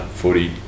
footy